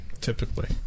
typically